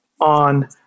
on